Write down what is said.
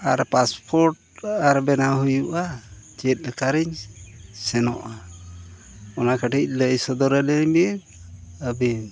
ᱟᱨ ᱟᱨ ᱵᱮᱱᱟᱣ ᱦᱩᱭᱩᱜᱼᱟ ᱪᱮᱫ ᱞᱮᱠᱟᱨᱮᱧ ᱥᱮᱱᱚᱜᱼᱟ ᱚᱱᱟ ᱠᱟᱹᱴᱤᱡ ᱞᱟᱹᱭ ᱥᱚᱫᱚᱨ ᱟᱹᱞᱤᱧ ᱵᱤᱱ ᱟᱹᱵᱤᱱ